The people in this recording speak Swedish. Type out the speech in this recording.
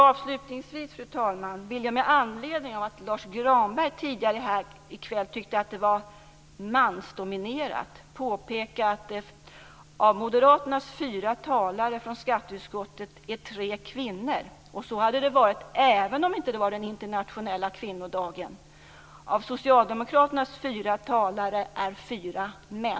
Avslutningsvis vill jag med anledning av att Lars Granberg tidigare här i kväll tyckte att det var mansdominerat påpeka att av Moderaternas fyra talare från skatteutskottet är tre kvinnor. Så hade det varit även om det inte hade varit den internationella kvinnodagen i dag. Av Socialdemokraternas fyra talare är fyra män.